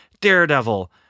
daredevil